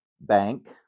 Bank